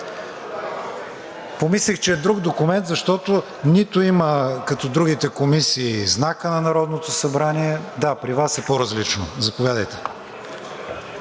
Помислих, че е друг документ, защото нито има като другите комисии знака на Народното събрание. Да, при Вас е по-различно. Заповядайте.